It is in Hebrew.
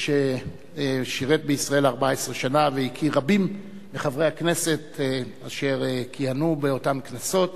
ששירת בישראל 14 שנה והכיר רבים מחברי הכנסת אשר כיהנו באותן כנסות.